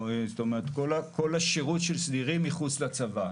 זאת אומרת, כל השירות של סדירים מחוץ לצבא.